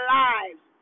lives